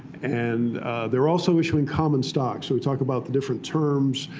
and they were also issuing common stock. so we talked about the different terms.